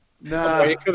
No